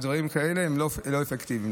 זה לא אפקטיבי.